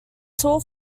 tool